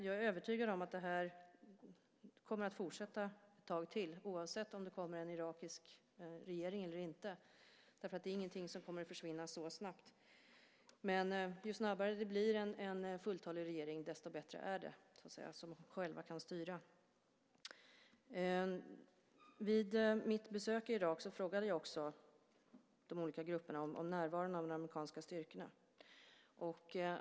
Jag är övertygad om att det kommer att fortgå ett tag till, oavsett om det kommer en irakisk regering eller inte. Det är ingenting som snabbt kommer att försvinna. Ju fortare en fulltalig regering som själv kan styra kommer på plats, desto bättre är det. Vid mitt besök i Irak frågade jag de olika grupperna om de amerikanska styrkornas närvaro.